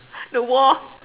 the war